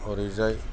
ओरैजाय